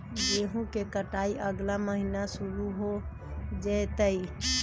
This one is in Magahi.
गेहूं के कटाई अगला महीना शुरू हो जयतय